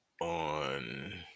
on